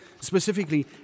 Specifically